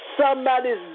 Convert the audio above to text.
Somebody's